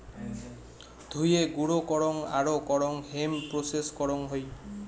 ধুয়ে, গুঁড়ো করং আরো করং হেম্প প্রেসেস করং হই